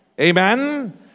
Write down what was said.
Amen